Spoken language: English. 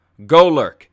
golurk